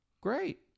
Great